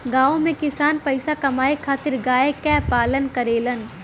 गांव में किसान पईसा कमाए खातिर गाय क पालन करेलन